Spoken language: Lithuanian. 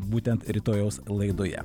būtent rytojaus laidoje